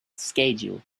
schedule